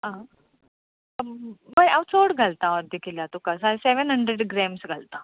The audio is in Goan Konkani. बरें हांव चड घालतां अर्द किलाक तुका सेव्हन हंड्रेड ग्रॅम्स घालतां